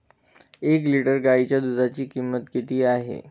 एक लिटर गाईच्या दुधाची किंमत किती आहे?